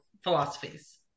philosophies